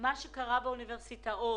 מה שקרה באוניברסיטאות.